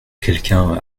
quelqu’un